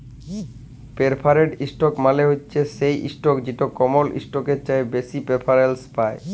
perforated stock মালে হছে সেই ইসটক যেট কমল ইসটকের চাঁঁয়ে বেশি পেরফারেলস পায়